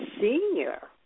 senior